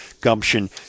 gumption